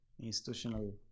institutional